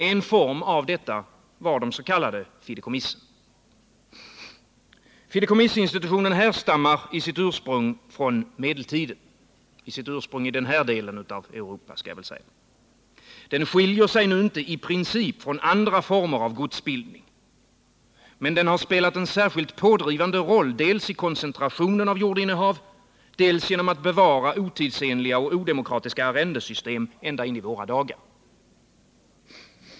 En form av detta var de s.k. fideikommissen. Fideikommissinstitutionen härstammar i sitt ursprung i den här delen av Europa från medeltiden. Den skiljer sig inte i princip från andra former av godsbildning, men den har spelat en särskilt pådrivande roll dels i koncentrationen av jordinnehav, dels genom bevarandet av otidsenliga och odemokratiska arrendesystem ända in i våra dagar.